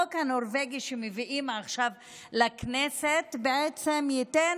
החוק הנורבגי שמביאים עכשיו לכנסת ייתן